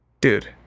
Dude